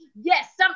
Yes